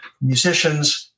musicians